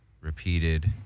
repeated